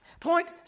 Point